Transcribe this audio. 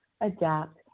adapt